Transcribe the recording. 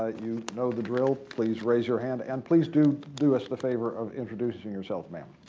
ah you know the drill. please raise your hand and please do do us the favor of introducing yourself. ma'am?